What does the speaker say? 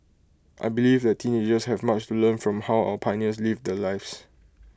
I believe that teenagers have much to learn from how our pioneers lived their lives